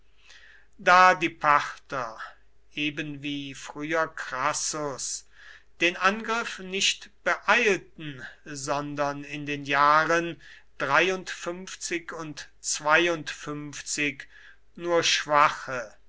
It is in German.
da die parther ebenwie früher crassus den angriff nicht beeilten sondern in den jahren und nur schwache